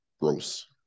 gross